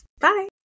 Bye